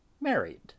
married